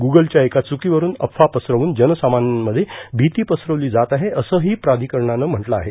गूगलच्या एका चुकीवरून अफवा पसरवून जनसामान्यांमध्ये भीती पसरवली जात आहे असंही प्राषिकरणानं म्हटलं आहे